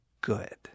good